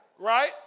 right